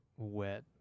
Wet